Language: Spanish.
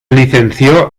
licenció